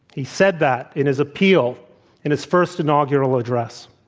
he said that in his appeal in his first inaugural address.